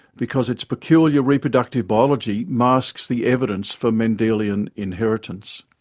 because its peculiar reproductive biology masks the evidence for mendelian inheritance.